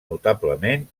notablement